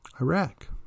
Iraq